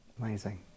amazing